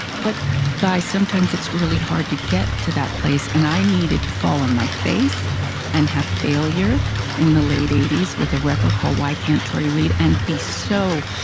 but guys, sometimes it's really hard to get to that place, and i needed to fall on my face and have failure in the late with a record called y kant tori read and be so.